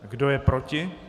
Kdo je proti?